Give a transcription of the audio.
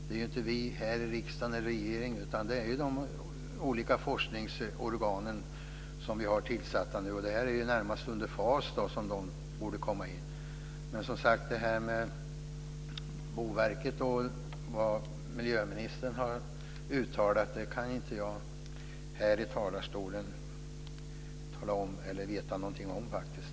Det är inte riksdagen och regeringen som gör det, utan det är de olika forskningsorganen som är tillsatta. De borde närmast komma in under FAS. Jag kan inte här i talarstolen uttala mig om eller veta någonting om vad Boverket eller miljöministern har sagt.